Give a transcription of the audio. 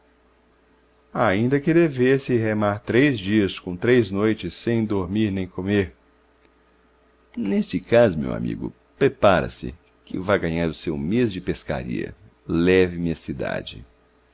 mar ainda que devesse remar três dias com três noites sem dormir nem comer nesse caso meu amigo prepare-se que vai ganhar o seu mês de pescaria leve me à cidade